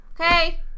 Okay